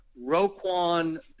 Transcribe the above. Roquan –